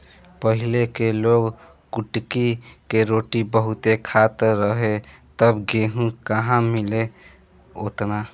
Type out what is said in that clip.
पहिले के लोग कुटकी के रोटी बहुते खात रहे तब गेहूं कहां मिले ओतना